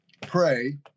pray